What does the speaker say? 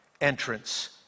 entrance